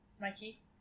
Mikey